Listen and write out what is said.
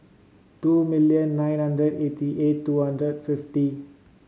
two million nine hundred eighty eight two hundred fifty